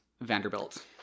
vanderbilt